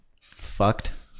fucked